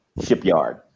Shipyard